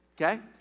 Okay